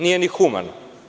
Nije ni humano.